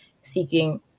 seeking